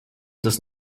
does